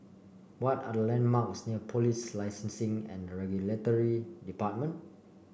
what are the landmarks near Police Licencing and Regulatory Department